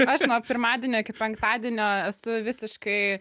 aš nuo pirmadienio iki penktadienio esu visiškai